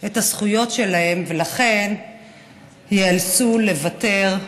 את הזכויות שלהן, ולכן ייאלצו לוותר.